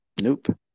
Nope